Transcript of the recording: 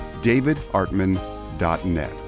davidartman.net